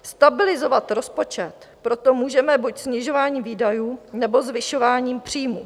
Stabilizovat rozpočet proto můžeme buď snižováním výdajů, nebo zvyšováním příjmů.